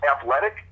athletic